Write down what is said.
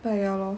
but ya lor